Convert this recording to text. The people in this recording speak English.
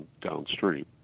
downstream